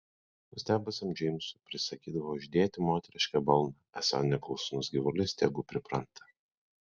nustebusiam džeimsui prisakydavo uždėti moterišką balną esą neklusnus gyvulys tegu pripranta